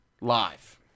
live